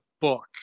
book